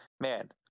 man